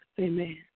Amen